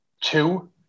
Two